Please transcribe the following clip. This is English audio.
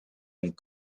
and